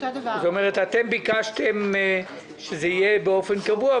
אתם ביקשתם שזה יהיה באופן קבוע,